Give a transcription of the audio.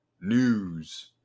news